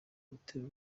gutera